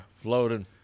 floating